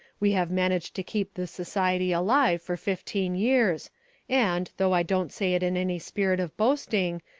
we have managed to keep this society alive for fifteen years and, though i don't say it in any spirit of boasting,